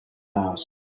house